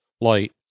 light